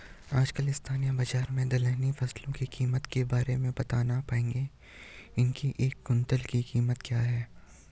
आजकल स्थानीय बाज़ार में दलहनी फसलों की कीमत के बारे में बताना पाएंगे इसकी एक कुन्तल की कीमत क्या है?